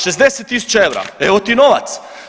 60 000 eura, evo ti novac.